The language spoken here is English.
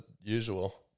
usual